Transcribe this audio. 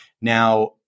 now